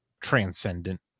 transcendent